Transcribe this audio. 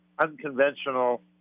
unconventional